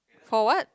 for what